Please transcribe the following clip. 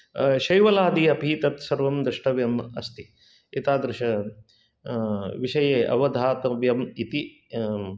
शैवलादि अपि तत्सर्वं द्रष्टव्यम् अस्ति एतादृश विषये अवधातव्यम् इति